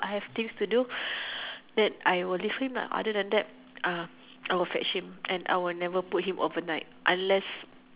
I have things to do then I will leave him lah other than that uh I will fetch him and I will never put him overnight unless